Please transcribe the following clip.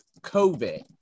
COVID